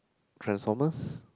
Transformers